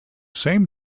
same